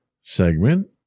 segment